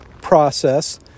process